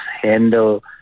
handle